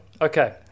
okay